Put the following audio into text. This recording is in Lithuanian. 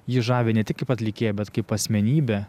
ji žavi ne tik kaip atlikėja bet kaip asmenybė